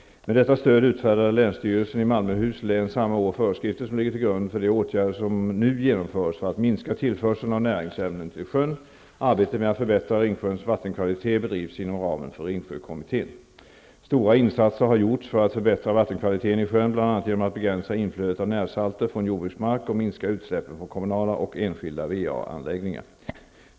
Med detta stöd utfärdade länsstyrelsen i Malmöhus län samma år föreskrifter som ligger till grund för de åtgärder som nu genomförs för att minska tillförseln av näringsämnen till sjön. Arbetet med att förbättra Ringsjöns vattenkvalitet bedrivs inom ramen för Ringsjökommittén. Stora insatser har gjort för att förbättra vattenkvaliteten i sjön, bl.a. genom att begränsa inflödet av närsalter från jordbruksmark och minska utsläppen från kommunala och enskilda VA-anläggningar.